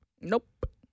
Nope